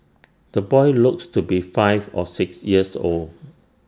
the boy looks to be five or six years old